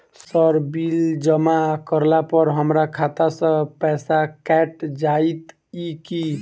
Sir bill जमा करला पर हमरा खाता सऽ पैसा कैट जाइत ई की?